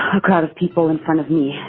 a crowd of people in front of me.